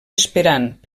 esperant